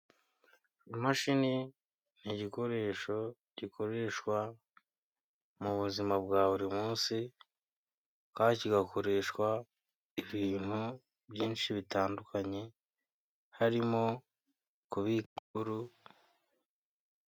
Imashini ni igikoresho gikoreshwa mu buzima bwa buri munsi, kandi kigakoreshwa ibintu byinshi bitandukanye harimo kubikuru.